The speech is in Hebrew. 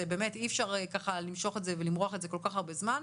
באמת אי אפשר ככה למשוך את זה ולמרוח את זה כל כך הרבה זמן.